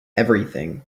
everything